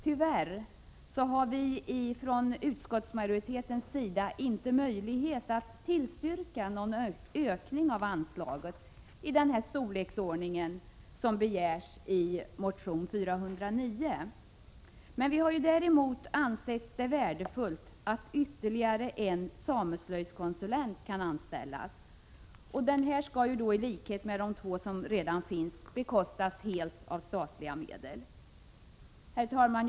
Tyvärr har vi i utskottsmajoriteten inte haft möjlighet att tillstyrka förslaget om en ökning av anslaget med det belopp som begärs i motion N409. Däremot har vi ansett det värdefullt att ytterligare en sameslöjdskonsulent anställs. Den tjänsten skall i likhet med de två som redan finns bekostas med statliga medel. Herr talman!